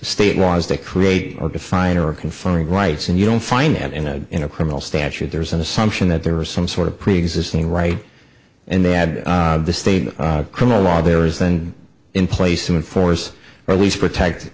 state laws they create or define or are conferring rights and you don't find that in a in a criminal statute there's an assumption that there was some sort of preexisting right and they had the state criminal law there is then in place in force or at least protect